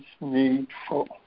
needful